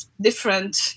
different